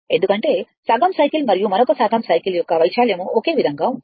ఎందుకంటే సగం సైకిల్ మరియు మరొక సగం సైకిల్ యొక్క వైశాల్యం ఒకే విధంగా ఉంటుంది